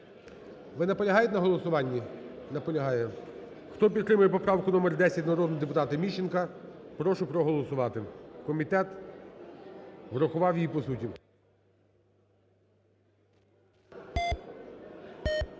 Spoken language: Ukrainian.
Ви наполягаєте на голосуванні? Наполягаєте. Хто підтримує поправку номер 10 народного депутата Міщенка, прошу проголосувати. Комітет врахував її по суті.